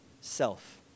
self